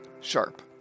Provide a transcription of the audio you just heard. sharp